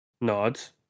nods